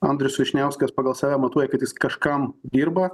andrius vyšniauskas pagal save matuoja kad jis kažkam dirba